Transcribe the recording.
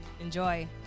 Enjoy